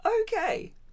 Okay